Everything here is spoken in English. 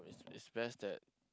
is is best that